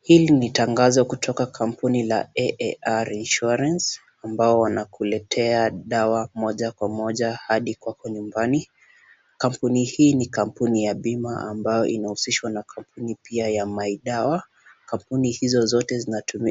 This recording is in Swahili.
Hili ni tangazo kutoka kampuni la AAR Insurance ambao wanakuletea dawa moja kwa moja hadi kwako nyumbani. Kampuni hii ni kampuni ya bima ambayo inahusishwa na kampuni pia ya Mydawa. Kampuni hizo zote